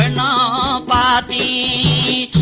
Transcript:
ah ah ah the